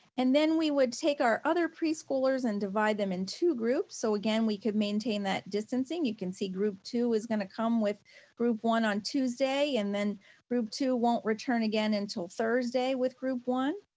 and then we would take our other preschoolers and divide them in two groups. so again, we could maintain that distancing. you can see group two is gonna come with group one on tuesday, and then group two won't return again until thursday with group one.